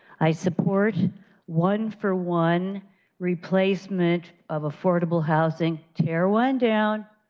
i support one for one replacement of affordable housing, tear one down,